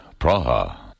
Praha